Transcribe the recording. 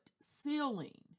ceiling